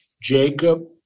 Jacob